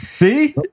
See